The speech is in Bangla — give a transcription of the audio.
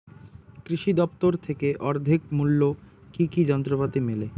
কৃষি দফতর থেকে অর্ধেক মূল্য কি কি যন্ত্রপাতি মেলে?